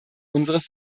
unseres